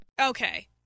Okay